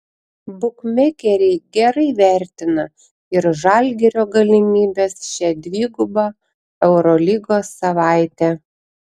bukmekeriai gerai vertina ir žalgirio galimybes šią dvigubą eurolygos savaitę